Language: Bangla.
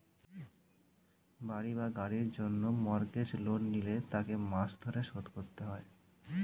বাড়ি বা গাড়ির জন্য মর্গেজ লোন নিলে তাকে মাস ধরে শোধ করতে হয়